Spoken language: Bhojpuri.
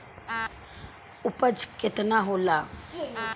उपज केतना होला?